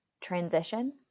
transition